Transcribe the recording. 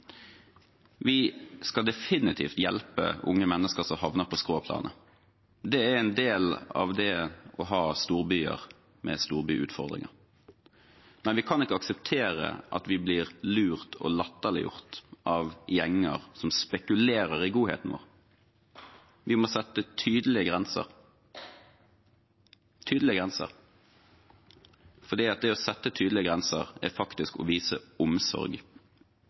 Vi skal definitivt hjelpe unge mennesker som havner på skråplanet. Det er en del av det å ha storbyer med storbyutfordringer. Men vi kan ikke akseptere at vi blir lurt og latterliggjort av gjenger som spekulerer i godheten vår. Vi må sette tydelige grenser, for det å sette tydelige grenser er faktisk å vise omsorg